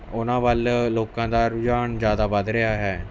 ਉਹਨਾਂ ਵੱਲ ਲੋਕਾਂ ਦਾ ਰੁਝਾਨ ਜ਼ਿਆਦਾ ਵੱਧ ਰਿਹਾ ਹੈ